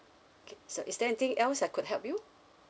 okay so is there anything else that I could help you